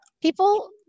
People